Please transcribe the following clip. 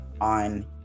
on